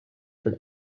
from